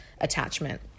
attachment